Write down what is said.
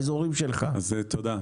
תודה.